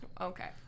Okay